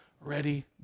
ready